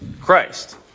Christ